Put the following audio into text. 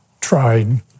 tried